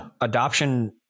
adoption